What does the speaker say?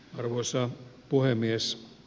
arvoisa puhemies